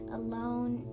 alone